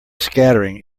scattering